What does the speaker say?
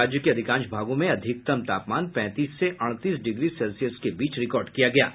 राज्य के अधिकांश भागों में अधिकतम तापमान पैंतीस से अड़तीस डिग्री सेल्सियस के बीच रिकार्ड किया गया है